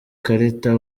karita